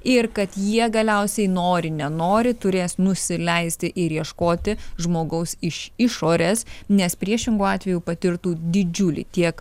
ir kad jie galiausiai nori nenori turės nusileisti ir ieškoti žmogaus iš išorės nes priešingu atveju patirtų didžiulį tiek